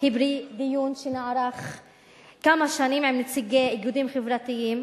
היא פרי דיון שנערך לפני כמה שנים עם נציגי איגודים חברתיים,